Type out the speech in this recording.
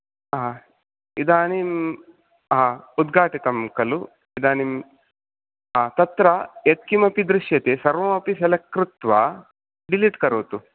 हा इदानीं हा उद्घाटितं खलु इदानीं हा तत्र यत् किमपि दृश्यते सर्वमपि सिलेक्ट् कृत्वा डिलिट् करोतु